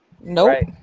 Nope